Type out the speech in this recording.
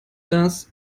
dass